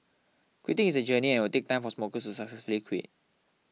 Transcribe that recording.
quitting is a journey and it will take time for smokers to successfully quit